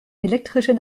elektrischen